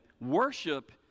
worship